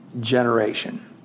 generation